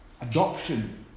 adoption